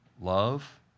love